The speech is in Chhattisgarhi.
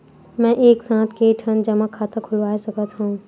मैं एक साथ के ठन जमा खाता खुलवाय सकथव?